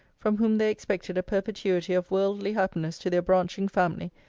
from whom they expected a perpetuity of worldly happiness to their branching family,